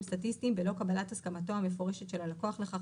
סטטיסטיים בלא קבלת הסכמתו המפורשת של הלקוח לכך,